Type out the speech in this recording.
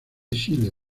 chile